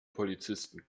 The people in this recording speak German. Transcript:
polizisten